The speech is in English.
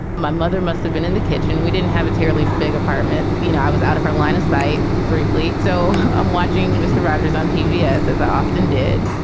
my mother must have been in the kitchen. we didn't have a terribly big apartment. you know, i was out of our line of sight briefly. so i'm watching mr. rogers on pbs, yeah as as often did.